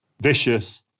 vicious